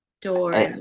door